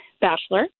bachelor